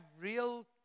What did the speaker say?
real